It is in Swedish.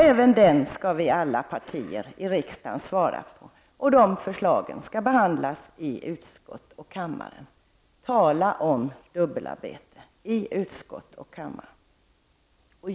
Även den skall vi alla partier i riksdagen svara på, och de förslagen skall behandlas i utskott och kammare. Tala om dubbelarbete, i utskott och kammare!